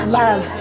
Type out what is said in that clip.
love